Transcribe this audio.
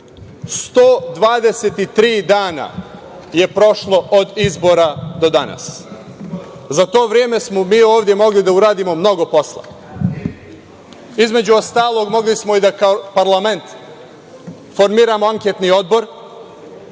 123 dana od izbora do danas. Za to vreme smo mi ovde mogli da uradimo mnogo posla. Između ostalog mogli smo da kao parlament formiramo anketni odbor